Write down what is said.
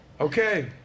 Okay